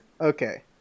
okay